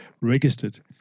registered